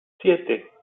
siete